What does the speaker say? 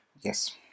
yes